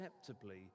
acceptably